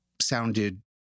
sounded